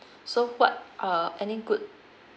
so what uh any good